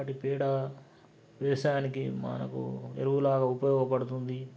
వాటి పేడ వ్యవసాయానికి మనకు ఎరువులాగా ఉపయోగపడుతుంది